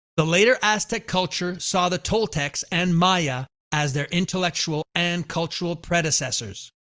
the later aztec culture saw the toltecs and maya as their intellectual and cultural predecessors.